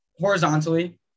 horizontally